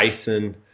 Bison